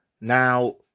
Now